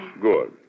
Good